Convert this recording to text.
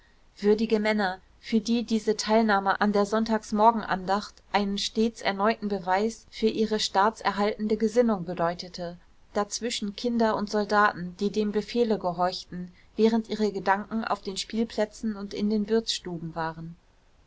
würdige männer für die diese teilnahme an der sonntagsmorgenandacht einen stets erneuten beweis für ihre staatserhaltende gesinnung bedeutete dazwischen kinder und soldaten die dem befehle gehorchten während ihre gedanken auf den spielplätzen und in den wirtsstuben waren